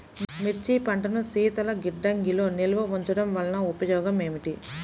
మిర్చి పంటను శీతల గిడ్డంగిలో నిల్వ ఉంచటం వలన ఉపయోగం ఏమిటి?